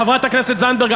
חברת הכנסת זנדברג,